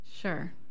Sure